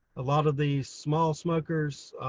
a lot of these small smokers,